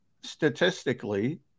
statistically